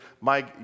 Mike